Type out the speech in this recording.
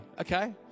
okay